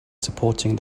supporting